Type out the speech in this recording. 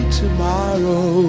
tomorrow